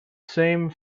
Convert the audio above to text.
same